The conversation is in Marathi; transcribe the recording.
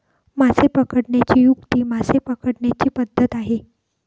मासे पकडण्याची युक्ती मासे पकडण्याची पद्धत आहे